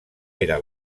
era